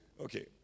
Okay